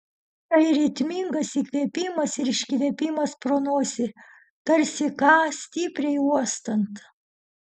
tai ritmingas įkvėpimas ir iškvėpimas pro nosį tarsi ką stipriai uostant